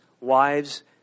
wives